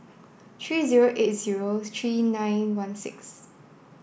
three zero eight zero three nine one six